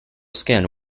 skin